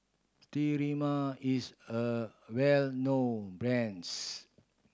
Sterimar is a well known brands